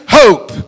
hope